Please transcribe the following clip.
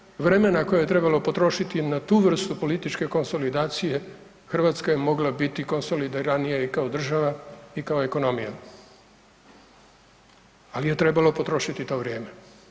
Da nije bilo vremena koje je trebalo potrošiti na tu vrstu političke konsolidacije Hrvatska je mogla biti konsolidiranija i kao država i kao ekonomija, ali je trebalo potrošiti to vrijeme.